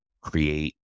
create